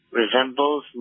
resembles